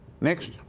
Next